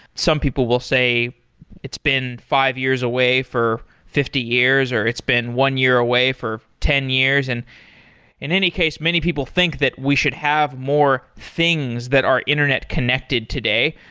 some people will say it's been five years away for fifty years, or it's been one year away for ten years. and in any case, many people think that we should have more things that are internet connected today.